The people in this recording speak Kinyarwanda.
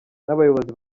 n’abayobozi